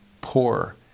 poor